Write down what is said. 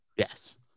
Yes